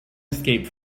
escaped